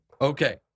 Okay